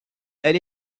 elle